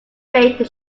make